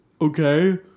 Okay